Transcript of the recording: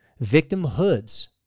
Victimhoods